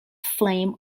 flame